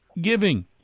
giving